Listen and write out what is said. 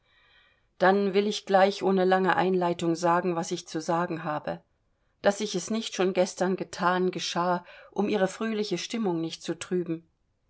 dann will ich gleich ohne lange einleitung sagen was ich zu sagen habe daß ich es nicht schon gestern gethan geschah um ihre fröhliche stimmung nicht zu trüben